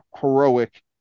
heroic